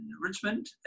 Richmond